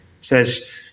says